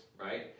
right